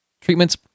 Treatments